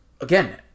again